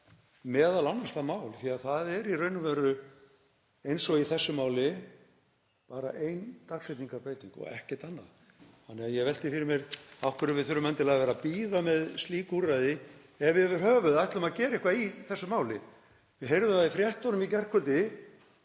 m.a. það mál því að það er í raun og veru eins og í þessu máli bara ein dagsetningarbreyting og ekkert annað. Ég velti því fyrir mér af hverju við þurfum endilega að vera að bíða með slík úrræði ef við ætlum yfir höfuð að gera eitthvað í þessu máli. Við heyrðum það í fréttunum í gærkvöldi